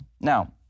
Now